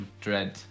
dread